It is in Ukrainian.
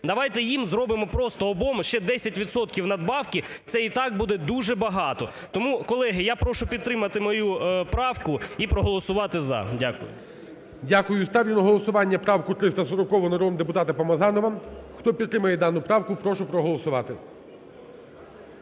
Давайте їм зробимо просто обом ще 10 відсотків надбавки, це і так буде дуже багато. Тому, колеги, я прошу підтримати мою правку і проголосувати "за". Дякую. ГОЛОВУЮЧИЙ. Дякую. Ставлю на голосування правку 340-у народного депутата Помазанова. Хто підтримує дану правку, прошу проголосувати.